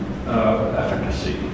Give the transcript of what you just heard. efficacy